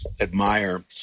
admire